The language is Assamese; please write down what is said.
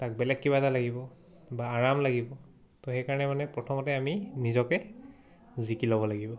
তাক বেলেগ কিবা এটা লাগিব বা আৰাম লাগিব ত' সেইকাৰণে মানে প্ৰথমতে আমি নিজকে জিকি ল'ব লাগিব